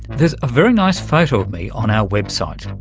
there's a very nice photo of me on our website.